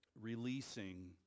releasing